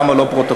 למה לא פרוטוקול,